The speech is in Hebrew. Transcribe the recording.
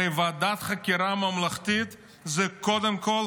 הרי ועדת החקירה הממלכתית זה קודם כול